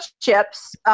chips